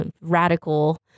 radical